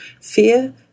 fear